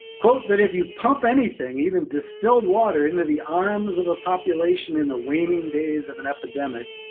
that if you pump anything, even distilled water into the arms of a population in the waning days of an epidemic,